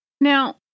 Now